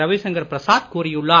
ரவிசங்கர் பிரசாத் கூறியுள்ளார்